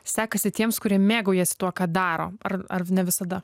sekasi tiems kurie mėgaujasi tuo ką daro ar ar ne visada